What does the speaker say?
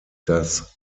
das